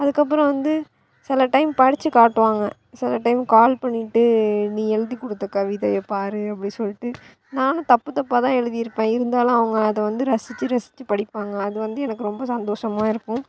அதுக்கு அப்பறம் வந்து சில டைம் படித்து காட்டுவாங்க சில டைம் கால் பண்ணிட்டு நீ எழுதி கொடுத்த கவிதயே பாரு அப்படின்னு சொல்லிட்டு நானும் தப்பு தப்பாகதான் எழுதிருப்பேன் இருந்தாலும் அவங்க அதை வந்து ரசித்து ரசித்து படிப்பாங்க அது வந்து எனக்கு ரொம்ப சந்தோசமாக இருக்கும்